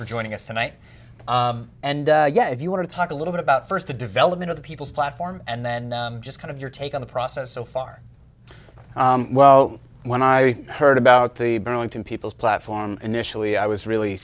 for joining us tonight and yet if you want to talk a little bit about first the development of the people's platform and then just kind of your take on the process so far well when i heard about the burlington people's platform initially i was really